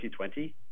2020